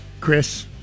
Chris